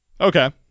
Okay